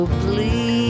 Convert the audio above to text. please